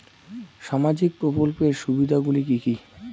সামাজিক প্রকল্পের সুবিধাগুলি কি কি?